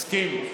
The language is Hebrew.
מסכים?